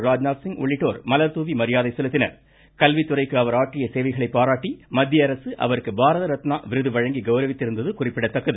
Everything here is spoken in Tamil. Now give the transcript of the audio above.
ராஜ்நாத் சிங் உள்ளிட்டோர் மலர்தூவி மரியாதை செலுத்தினர் கல்வித் துறைக்கு அவர் ஆற்றிய சேவைகளைப் பாராட்டி மத்திய அரசு அவருக்கு பாரத ரத்னா விருது வழங்கி கௌரவித்திருந்தது குறிப்பிடத் தக்கது